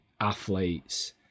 athletes